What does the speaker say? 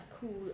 cool